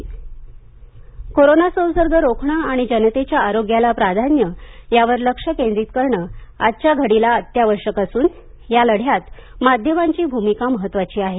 ठाकरे बैठक कोरोना संसर्ग रोखणं आणि जनतेच्या आरोग्याला प्राधान्य यावर लक्ष केंद्रित करणं आजच्या घडीला अत्यावश्यक असून या लढ्यात माध्यमांची भूमिका महत्वाची आहे